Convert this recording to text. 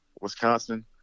Wisconsin